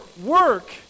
work